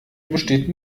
besteht